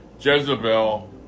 Jezebel